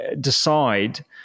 decide